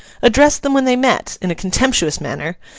addressed them when they met, in a contemptuous manner,